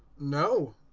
no,